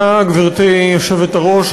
גברתי היושבת-ראש,